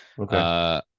Okay